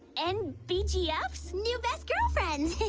and btf new best girlfriends,